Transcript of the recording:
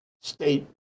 state